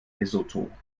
lesotho